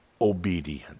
obedient